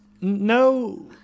no